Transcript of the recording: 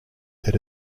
that